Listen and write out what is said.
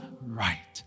right